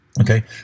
okay